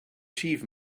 chief